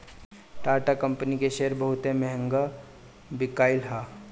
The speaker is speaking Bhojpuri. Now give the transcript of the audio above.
टाटा कंपनी के शेयर बहुते महंग बिकाईल हअ